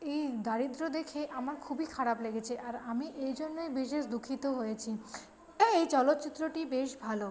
এই দারিদ্র দেখে আমার খুবই খারাপ লেগেছে আর আমি এই জন্যই বিশেষ দুঃখিত হয়েছি হ্যাঁ এই চলচ্চিত্রটি বেশ ভালো